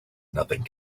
nothing